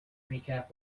recap